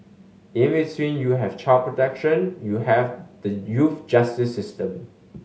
in between you have child protection you have the youth justice system